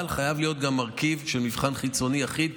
אבל חייב להיות גם מרכיב של מבחן חיצוני יחיד,